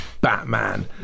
Batman